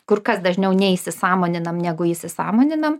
kur kas dažniau neįsisąmoninam negu įsisąmoninam